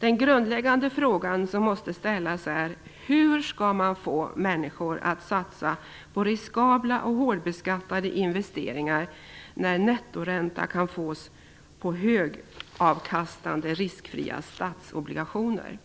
Den grundläggande frågan som måste ställas är: Hur skall man få människor att satsa på riskabla och hårdbeskattade investeringar när nettoränta kan fås på högavkastande riskfria statsobligationer?